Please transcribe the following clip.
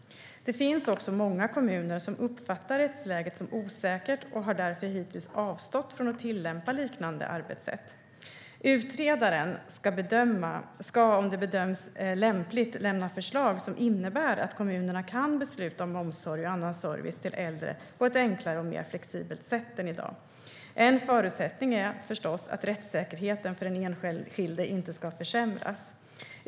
Det finns också många kommuner som uppfattar rättsläget som osäkert och har därför hittills avstått från att tillämpa liknande arbetssätt. Utredaren ska om det bedöms lämpligt lämna förslag som innebär att kommunerna kan besluta om omsorg och annan service till äldre på ett enklare och mer flexibelt sätt än idag. En förutsättning är att rättssäkerheten för den enskilde inte ska försämras."